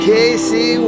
Casey